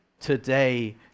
today